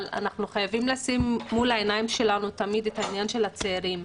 אבל אנחנו חייבים לשים מול העיניים שלנו תמיד את העניין של הצעירים,